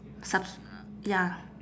subs~ ya